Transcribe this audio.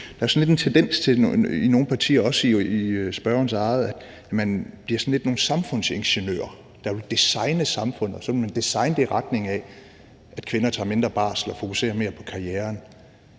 partier er en tendens til – jo også i spørgerens eget – at man lidt bliver sådan nogle samfundsingeniører, der vil designe samfundet. Og så vil man designe det i retning af, at kvinder tager mindre barsel og fokuserer mere på karrieren.